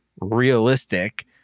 realistic